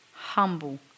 humble